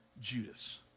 Judas